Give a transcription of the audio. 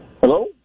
Hello